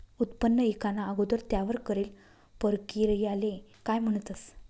उत्पन्न ईकाना अगोदर त्यावर करेल परकिरयाले काय म्हणतंस?